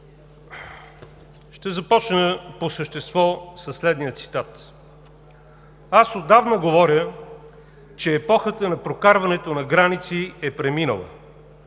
Ще започна по същество със следния цитат: „Аз отдавна говоря, че епохата на прокарването на граници е преминала.